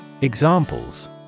Examples